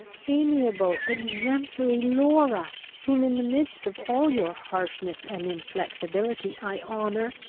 amiable, exemplary laura! whom, in the midst of all your harshness and inflexibility, i honour!